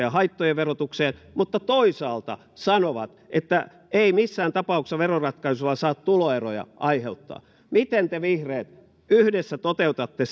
ja haittojen verotukseen mutta toisaalta sanovat että ei missään tapauksessa veroratkaisu saa tuloeroja aiheuttaa miten te vihreät yhdessä toteutatte